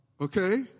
Okay